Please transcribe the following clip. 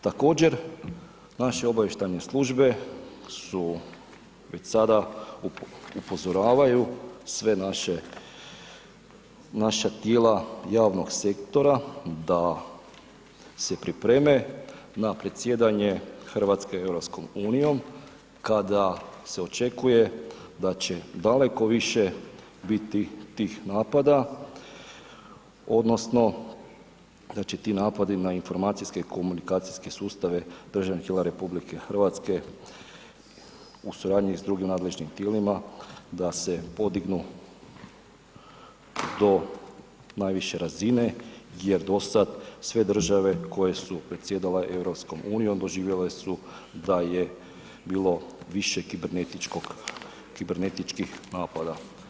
Također naše obavještajne službe su već sada, upozoravaju sva naša tijela javnog sektora da se pripreme na predsjedanje RH EU kada se očekuje da će daleko više biti tih napada odnosno da će ti napadi na informacijske komunikacijske sustave državnih tijela RH u suradnji s drugim nadležnim tijelima da se podignu do najviše razine jer do sad sve države koje su predsjedale EU doživjele su da je bilo više kibernetičkih napada.